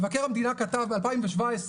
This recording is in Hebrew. מבקר המדינה כתב ב-2017,